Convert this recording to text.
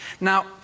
Now